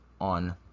on